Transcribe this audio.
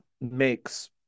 makes